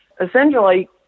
Essentially